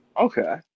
Okay